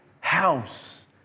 house